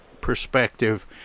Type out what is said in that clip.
perspective